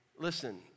Listen